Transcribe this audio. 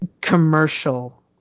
commercial-